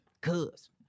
Cuz